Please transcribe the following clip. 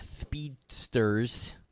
Speedsters